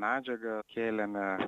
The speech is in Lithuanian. medžiagą kėlėme